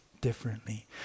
differently